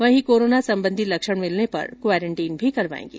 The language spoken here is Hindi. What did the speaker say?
वहीं कोरोना संबंधी लक्षण मिलने पर क्वारेंटीन करवाएंगे